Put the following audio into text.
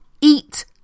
eat